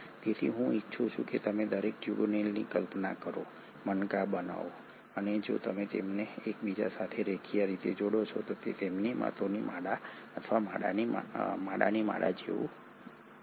તેથી હું ઇચ્છું છું કે તમે દરેક ટ્યુબ્યુલિનની કલ્પના કરો મણકા બનો અને જો તમે તેમને એકબીજા સાથે રેખીય રીતે જોડો છો તો તે મોતીની માળા અથવા માળાની માળા જેવું છે